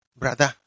Brother